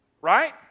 right